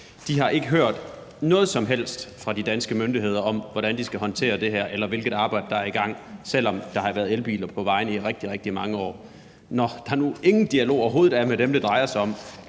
De har ikke hørt noget som helst fra de danske myndigheder om, hvordan de skal håndtere det her, eller om, hvilket arbejde der er i gang, selv om der har været elbiler på vejene i rigtig, rigtig mange år. Når der nu ingen dialog overhovedet er med dem, det drejer sig om,